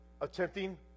attempting